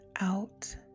out